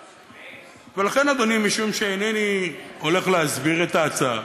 ולכן, אדוני, מכיוון שאינני הולך להסביר את ההצעה,